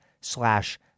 slash